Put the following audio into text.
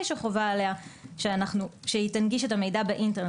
שחובה עליה שהיא תנגיש את המידע באינטרנט.